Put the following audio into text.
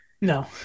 No